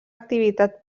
activitat